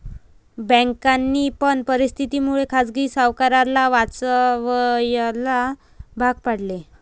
बँकांनी पण परिस्थिती मुळे खाजगी सावकाराला वाचवायला भाग पाडले